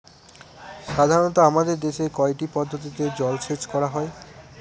সাধারনত আমাদের দেশে কয়টি পদ্ধতিতে জলসেচ করা হয়?